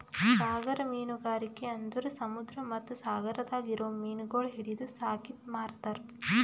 ಸಾಗರ ಮೀನುಗಾರಿಕೆ ಅಂದುರ್ ಸಮುದ್ರ ಮತ್ತ ಸಾಗರದಾಗ್ ಇರೊ ಮೀನಗೊಳ್ ಹಿಡಿದು ಸಾಕಿ ಮಾರ್ತಾರ್